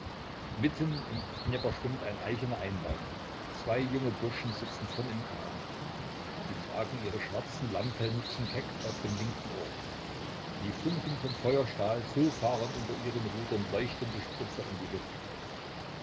mitten im dnjepr schwimmt ein eichener einbaum zwei junge burschen sitzen vorn im kahn sie tragen ihre schwarzen lammfellmützen keck auf dem linken ohr wie funken vom feuerstahl so fahren unter ihren rudern leuchtende spritzer in die luft